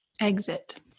Exit